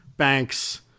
Banks